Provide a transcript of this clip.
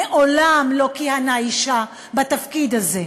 מעולם לא כיהנה אישה בתפקיד הזה.